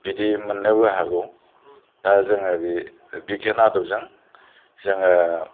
बिदि मोननोबो हागौ दा जोङो बे बिगियान आदबजों जोङो